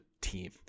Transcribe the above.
team